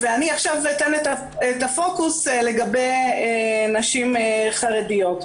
אני עכשיו אתן את הפוקוס לגבי נשים חרדיות.